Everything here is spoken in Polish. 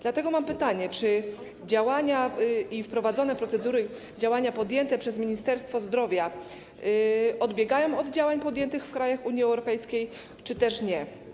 Dlatego mam pytanie: Czy działania - i wprowadzone procedury działania - podjęte przez Ministerstwo Zdrowia odbiegają od działań podjętych w krajach Unii Europejskiej, czy też nie?